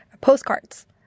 postcards